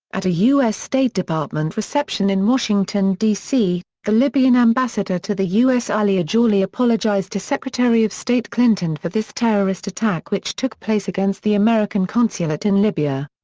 at a us state department reception in washington d c, the libyan ambassador to the us ali aujali apologized apologized to secretary of state clinton for this terrorist attack which took place against the american consulate in libya.